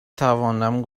توانم